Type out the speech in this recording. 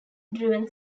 driven